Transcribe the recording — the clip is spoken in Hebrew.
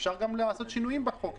אפשר גם לעשות שינויים בחוק,